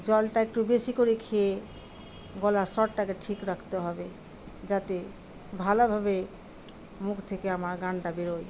জলটা একটু বেশি করে খেয়ে গলার শরটাকে ঠিক রাখতে হবে যাতে ভালোভাবে মুখ থেকে আমার গানটা বেরোয়